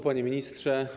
Panie Ministrze!